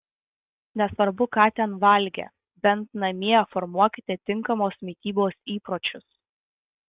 nesvarbu ką ten valgė bent namie formuokite tinkamos mitybos įpročius